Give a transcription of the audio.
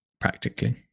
practically